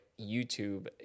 YouTube